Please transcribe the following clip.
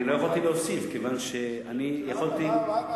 אני לא יכולתי להוסיף כיוון שאני יכולתי, למה?